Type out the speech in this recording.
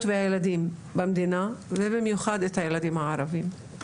והילדים במדינה ובמיוחד את הילדים הערבים.